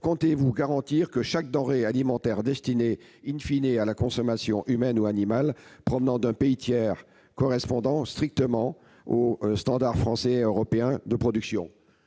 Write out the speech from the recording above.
comptez-vous garantir que chaque denrée alimentaire destinée à la consommation humaine ou animale en provenance d'un pays tiers corresponde strictement aux standards français et européens de production ?